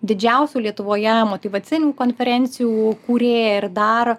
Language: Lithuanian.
didžiausių lietuvoje motyvacinių konferencijų kūrėją ir dar